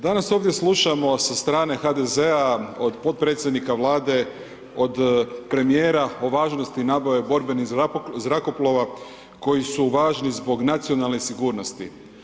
Danas ovdje slušamo sa strane HDZ-a od potpredsjednika Vlade, od premijera, o važnosti nabave borbenih zrakoplova koji su važni zbog nacionalne sigurnosti.